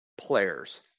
players